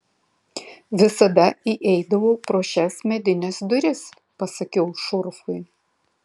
visada įeidavau pro šias medines duris pasakiau šurfui